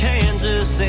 Kansas